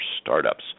Startups